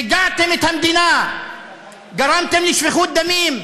שיגעתם את המדינה, גרמתם לשפיכות דמים,